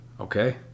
okay